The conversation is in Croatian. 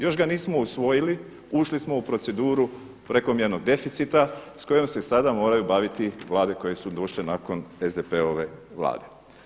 Još ga nismo usvojili, ušli smo u proceduru prekomjernog deficita s kojim se sada moraju baviti vlade koje su došle nakon SDP-ove vlade.